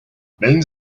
millions